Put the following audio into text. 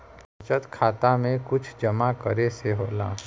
बचत खाता मे कुछ जमा करे से होला?